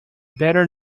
better